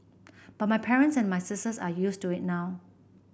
but my parents and my sisters are used to it now